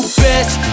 best